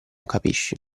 capisci